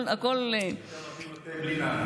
יותר מתאים לו תה בלי נענע.